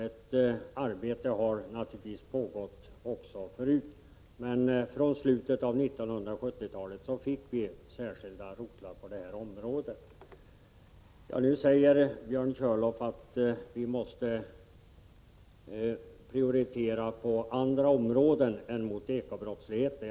Ett arbete på det området har naturligtvis pågått också tidigare, men i slutet av 1970-talet fick vi särskilda rotlar för området. Björn Körlof säger att vi måste prioritera andra områden än bekämpandet av ekobrottsligheten.